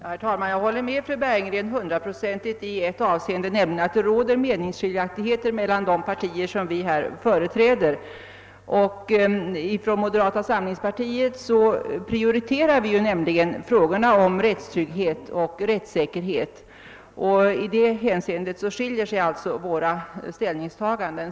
Herr talman! I ett avseende håller jag hundraprocentigt med fröken Bergegren, nämligen i det som hon sade att det råder meningsskiljaktigheter mellan de partier som vi här företräder. Inom moderata samlingspartiet prioriterar vi nämligen rättstryggheten och rättssäkerheten. I det hänseendet skiljer sig våra utgångspunkter.